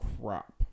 crap